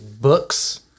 books